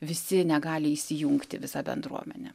visi negali įsijungti visa bendruomenė